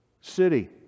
city